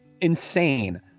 insane